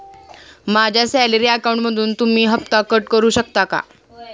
माझ्या सॅलरी अकाउंटमधून तुम्ही हफ्ता कट करू शकता का?